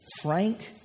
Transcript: Frank